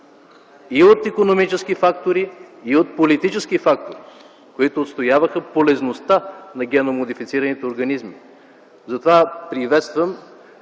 и от икономически фактори, и от политически фактори, които отстояваха полезността на генно модифицираните организми. Затова приветствам